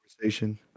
conversation